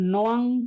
Noang